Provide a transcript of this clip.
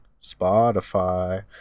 Spotify